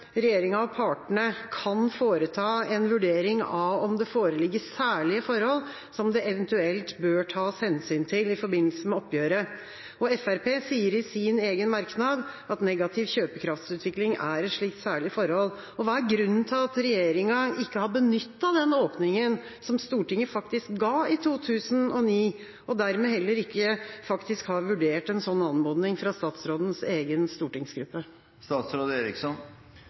regjeringa og partene kan «foreta en vurdering av om det foreligger særlige forhold som det eventuelt bør tas hensyn til» i forbindelse med oppgjøret, og Fremskrittspartiet sier i sin egen merknad at negativ kjøpekraftsutvikling er et slikt særlig forhold. Hva er grunnen til at regjeringa ikke har benyttet den åpninga som Stortinget faktisk ga i 2009, og dermed heller ikke har vurdert en sånn anmodning fra statsrådens egen stortingsgruppe?